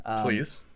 please